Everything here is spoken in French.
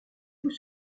vous